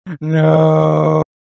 No